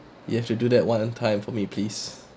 you have to do that one time for me please